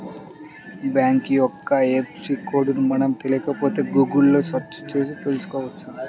bank యొక్క IFSC code మనకు తెలియకపోతే గుగుల్ సెర్చ్ చేసి తెల్సుకోవచ్చు